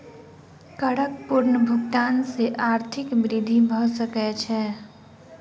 करक पूर्ण भुगतान सॅ आर्थिक वृद्धि भ सकै छै